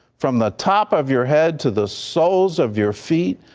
from the top of your head to the soles of your feet,